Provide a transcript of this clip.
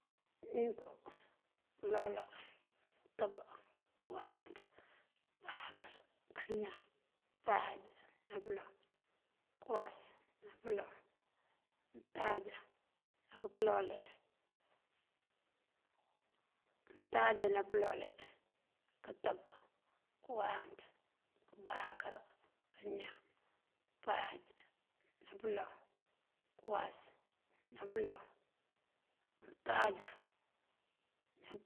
Ninko, pёloolan, kёtёb, kёwáanţ, kёbáakёr, kañan, páaj nápёloŋ, kёwas nápёloŋ, untáajá nápёloole, untáajá nápёloole, kёtёb, nákёwáanţ, kёbáakёr, kañan, nápáaj nápёloŋ, kёwas nápёloŋ, untáajá ná.